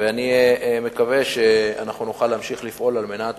ואני מקווה שאנחנו נוכל להמשיך לפעול על מנת